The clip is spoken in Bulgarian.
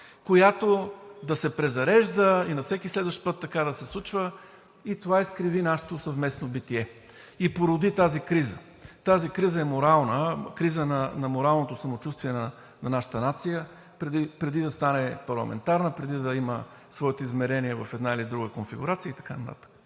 която да се презарежда и на всеки следващ път така да се случва и това изкриви нашето съвместно битие и породи тази криза. Тази криза е морална, криза на моралното самочувствие на нашата нация, преди да стане парламентарна, преди да има своите измерения в една или друга конфигурация и така нататък.